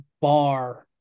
bar